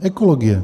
Ekologie.